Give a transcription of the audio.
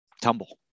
tumble